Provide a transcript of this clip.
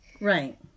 Right